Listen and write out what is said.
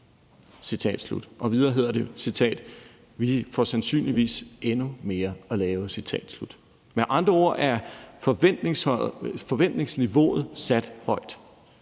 Videre hedder det: »... fordi vi får sandsynligvis endnu mere at lave.« Med andre ord er forventningsniveauet sat højt.